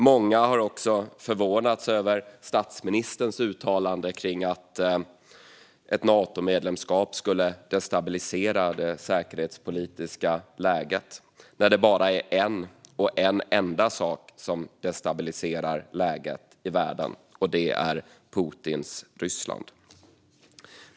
Många har också förvånats över statsministerns uttalande kring att ett Natomedlemskap skulle destabilisera det säkerhetspolitiska läget när det bara är en enda sak som destabiliserar läget i världen, och det är Putins Ryssland.